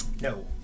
no